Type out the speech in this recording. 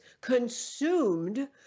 consumed